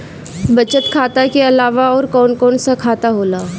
बचत खाता कि अलावा और कौन कौन सा खाता होला?